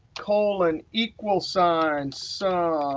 colon equals sign, so